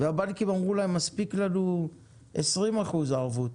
והבנקים אמרו להם, מספיק לנו 20% ערבות,